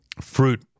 fruit